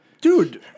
dude